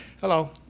Hello